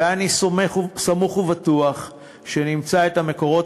ואני סמוך ובטוח שנמצא את המקורות